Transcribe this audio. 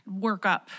workup